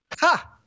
Ha